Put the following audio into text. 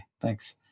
thanks